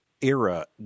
era